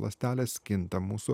ląstelės kinta mūsų